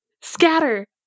Scatter